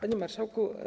Panie Marszałku!